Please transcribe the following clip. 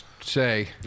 say